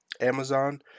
Amazon